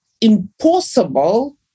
impossible